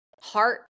heart